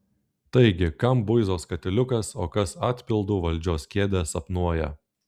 taigi kam buizos katiliukas o kas atpildu valdžios kėdę sapnuoja